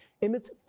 emits